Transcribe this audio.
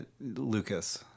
Lucas